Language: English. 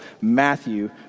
Matthew